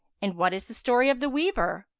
and what is the story of the weaver?